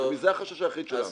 זה החשש היחיד שלנו.